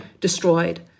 destroyed